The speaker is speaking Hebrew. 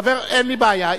אין לי בעיה.